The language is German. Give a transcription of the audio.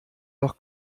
doch